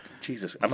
Jesus